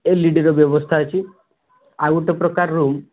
ଏଲ୍ଇଡ଼ିର ବ୍ୟବସ୍ଥା ଅଛି ଆଉ ଗୋଟି ପ୍ରକାରର ରୁମ୍